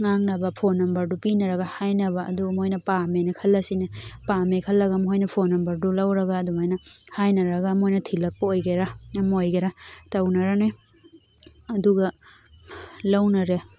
ꯉꯥꯡꯅꯕ ꯐꯣꯟ ꯅꯝꯕꯔꯗꯨ ꯄꯤꯅꯔꯒ ꯍꯥꯏꯅꯕ ꯑꯗꯨꯒ ꯃꯣꯏꯅ ꯄꯥꯝꯃꯦꯅ ꯈꯜꯂꯁꯤꯅꯦ ꯄꯥꯝꯃꯦ ꯈꯜꯂꯒ ꯃꯣꯏꯅ ꯐꯣꯟ ꯅꯝꯕꯔꯗꯨ ꯂꯧꯔꯒ ꯑꯗꯨꯃꯥꯏꯅ ꯍꯥꯏꯅꯔꯒ ꯃꯣꯏꯅ ꯊꯤꯜꯂꯛꯄ ꯑꯣꯏꯒꯦꯔꯥ ꯑꯃ ꯑꯣꯏꯒꯦꯔꯥ ꯇꯧꯅꯔꯅꯤ ꯑꯗꯨꯒ ꯂꯧꯅꯔꯦ